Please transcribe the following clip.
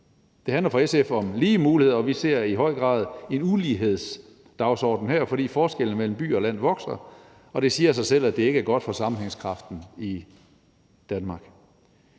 Det handler for SF om lige muligheder, og vi ser i høj grad en ulighedsdagsorden her, fordi forskellene mellem by og land vokser, og det siger selv, at det ikke er godt for sammenhængskraften i Danmark.